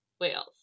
whales